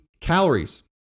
calories